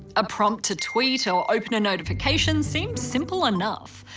a prompt to tweet or open a notification seems simple enough.